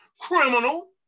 Criminal